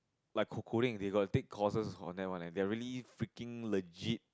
like c~ coding they got take courses on that one barely freaking legit